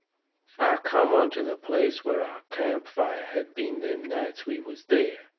i come onto the place where our campfire had been them nights we was there.